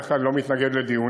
בדרך כלל אני לא מתנגד לדיונים,